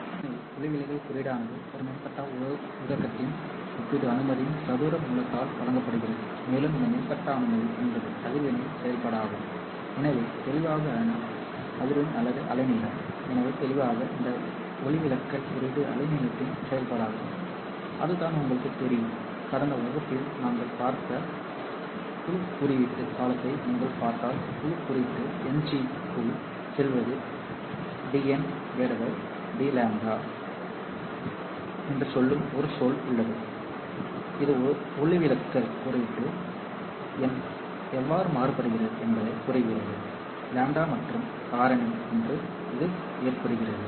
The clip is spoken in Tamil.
உண்மையில் ஒளிவிலகல் குறியீடானது ஒரு மின்கடத்தா ஊடகத்தின் ஒப்பீட்டு அனுமதியின் சதுர மூலத்தால் வழங்கப்படுகிறது மேலும் இந்த மின்கடத்தா அனுமதி என்பது அதிர்வெண்ணின் செயல்பாடாகும் எனவே தெளிவாக அதிர்வெண் அல்லது அலைநீளம் எனவே தெளிவாக இந்த ஒளிவிலகல் குறியீடு அலைநீளத்தின் செயல்பாடாகும் அதுதான் உங்களுக்குத் தெரியும் கடந்த வகுப்பில் நாங்கள் பார்த்த குழு குறியீட்டு காலத்தை நீங்கள் பார்த்தால் குழு குறியீட்டு Ng க்குள் செல்வது dn dλ என்று சொல்லும் ஒரு சொல் உள்ளது இது ஒளிவிலகல் குறியீட்டு n எவ்வாறு மாறுபடுகிறது என்பதைக் கூறுகிறது λ மற்றும் காரணி ஒன்று இது ஏற்படுகிறது